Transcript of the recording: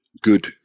good